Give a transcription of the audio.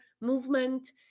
movement